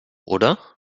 oder